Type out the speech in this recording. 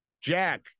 Jack